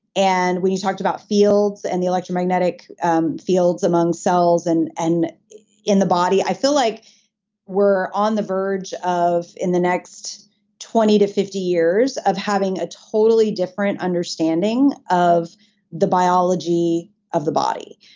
and when you talked about fields and the electromagnetic um fields among cells and and in the body, i feel like we're on the verge of in the next twenty fifty years of having a totally different understanding of the biology of the body.